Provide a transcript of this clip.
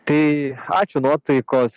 tai ačiū nuotaikos